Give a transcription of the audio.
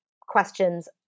questions